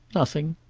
nothing.